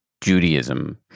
Judaism